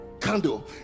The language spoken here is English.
candle